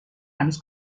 هنوز